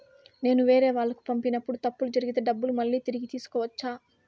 నేను వేరేవాళ్లకు పంపినప్పుడు తప్పులు జరిగితే డబ్బులు మళ్ళీ తిరిగి తీసుకోవచ్చా?